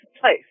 place